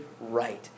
right